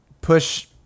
push